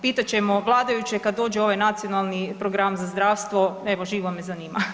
Pitat ćemo vladajuće kad dođe ovaj nacionalni program za zdravstvo, evo, živo me zanima.